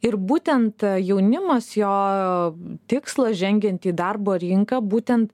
ir būtent jaunimas jo tikslas žengiant į darbo rinką būtent